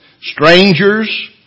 Strangers